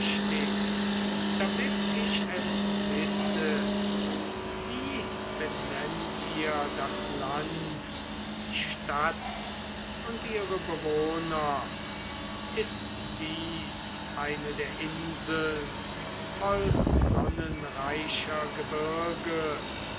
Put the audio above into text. damit ich es wisse wie benennt ihr das land die stadt und ihre bewohner ist dies eine der inseln voll sonnenreicher gebirge